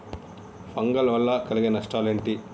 Fungal వల్ల కలిగే నష్టలేంటి?